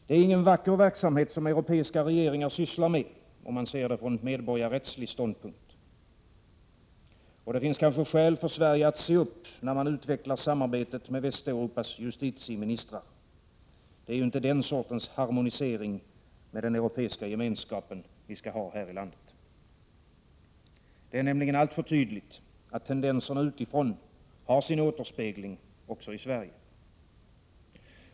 Det är ingen vacker verksamhet som europeiska regeringar sysslar med, om man ser det från medborgarrättslig ståndpunkt. Det finns kanske skäl för Sverige att se upp när man utvecklar samarbetet med Västeuropas justitieministrar. Det är inte den sortens harmonisering med den europeiska gemenskapen vi skall ha här i landet. Det är nämligen alltför tydligt att tendenserna utifrån har sin återspegling också i Sverige.